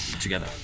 together